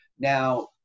Now